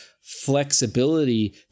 flexibility